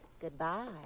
Goodbye